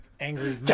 angry